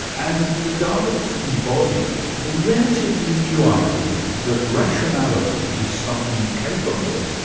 and the daleks embody the relatively new idea that rationality is something capable,